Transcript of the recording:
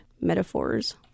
metaphors